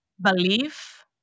belief